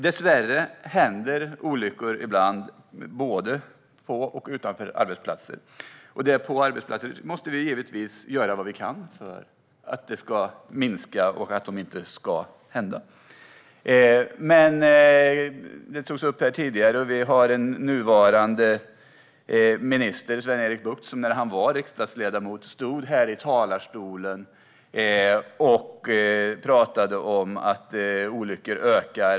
Dessvärre händer ibland olyckor, både på och utanför arbetsplatser. Vi måste naturligtvis göra vad vi kan för att olyckorna på arbetsplatser ska minska och helst inte hända alls. När vår nuvarande minister Sven-Erik Bucht var riksdagsledamot stod han här i talarstolen och talade om att olyckorna ökar.